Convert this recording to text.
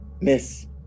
Miss